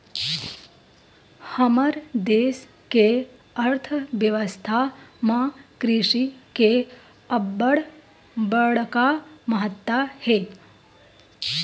हमर देस के अर्थबेवस्था म कृषि के अब्बड़ बड़का महत्ता हे